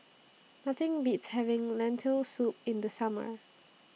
Nothing Beats having Lentil Soup in The Summer